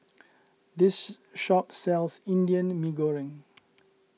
this shop sells Indian Mee Goreng